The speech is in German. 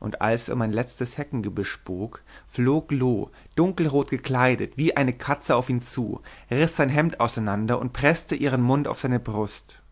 und als er um ein letztes heckengebüsch bog flog loo dunkelrot gekleidet wie eine katze auf ihn zu riß sein hemd auseinander und preßte ihren mund auf seine brust